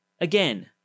again